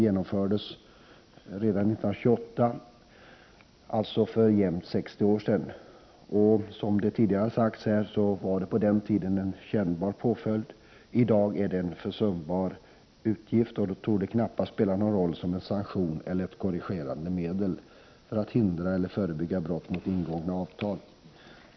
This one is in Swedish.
genomfördes redan 1928, alltså för jämnt 60 år sedan. Som tidigare har sagts här var det på den tiden en kännbar påföljd. I dag är det en försumbar utgift och torde knappast spela någon roll som en sanktion eller ett korrigerande medel för att hindra eller förebygga brott mot ingångna avtal.